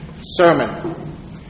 sermon